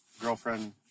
girlfriend